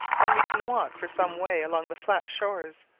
and we can walk for some way along the flat shores,